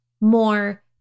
more